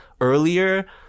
earlier